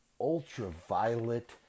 Ultraviolet